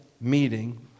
meeting